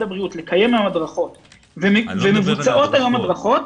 הבריאות לקיים הדרכות ומבוצעות הדרכות,